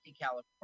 California